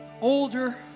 older